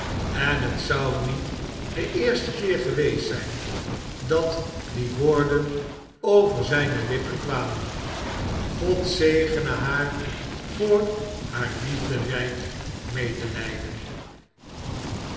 en het zou niet de eerste keer geweest zp dat die woorden over zijne lippen kwamen god zegene haar voor haar liefderyk